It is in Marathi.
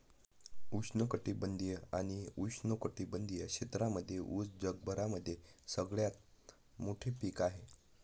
उष्ण कटिबंधीय आणि उपोष्ण कटिबंधीय क्षेत्रांमध्ये उस जगभरामध्ये सगळ्यात मोठे पीक आहे